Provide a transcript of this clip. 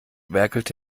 werkelt